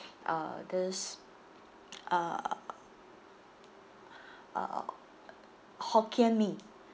uh this uh uh hokkien mee